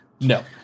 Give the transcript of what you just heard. no